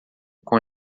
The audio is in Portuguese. com